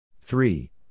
Three